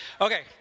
Okay